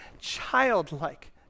childlike